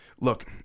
Look